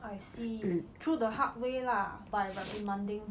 I see through the hard way lah by reprimanding